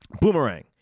Boomerang